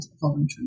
voluntary